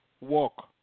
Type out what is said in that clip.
walk